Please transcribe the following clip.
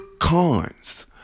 Cons